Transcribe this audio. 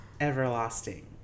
everlasting